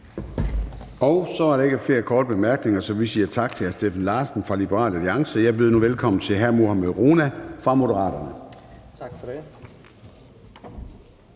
Så er der ikke flere korte bemærkninger, så vi siger tak til hr. Steffen Larsen fra Liberal Alliance. Jeg byder nu velkommen til hr. Mohammad Rona fra Moderaterne. Kl.